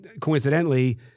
coincidentally